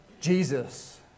Jesus